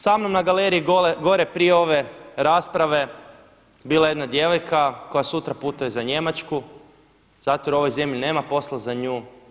Sa mnom na galeriji gore prije ove rasprave bila je jedna djevojka koja sutra putuje za Njemačku zato jer u ovoj zemlji nema posla za nju.